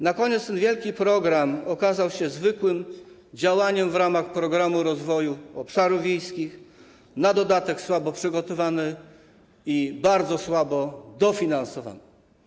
Na koniec, ten wielki program okazał się zwykłym działaniem w ramach Programu Rozwoju Obszarów Wiejskich, na dodatek słabo przygotowanym i bardzo słabo dofinansowanym.